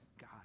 God